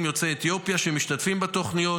יוצאי אתיופיה שמשתתפים בתוכניות.